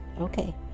okay